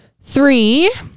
Three